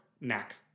Knack